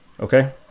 Okay